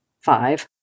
five